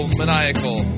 maniacal